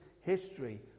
history